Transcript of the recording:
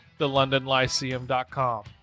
thelondonlyceum.com